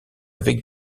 avec